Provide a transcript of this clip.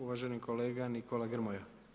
Uvaženi kolega Nikola Grmoja.